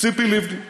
ציפי לבני.